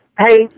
Hey